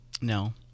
No